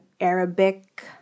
Arabic